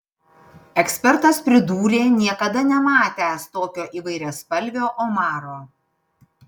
ekspertas pridūrė niekada nematęs tokio įvairiaspalvio omaro